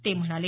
ते म्हणाले